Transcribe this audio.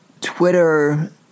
Twitter